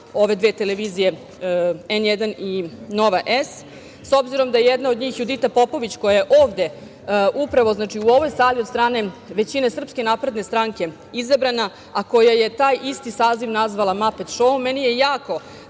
ove dve televizije N1 i Nova S, s obzirom da je jedna od njih Judita Popović koja je ovde, upravo u ovoj sali, od strane većine SNS izabrana, a koja je taj isti saziv nazvala Maped šoom, meni je jako